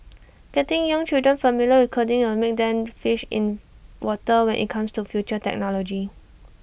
getting young children familiar with coding will make them fish in water when IT comes to future technology